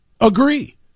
agree